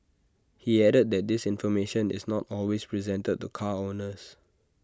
he added that this information is not always presented to car owners